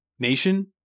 nation